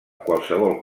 qualsevol